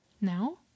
Now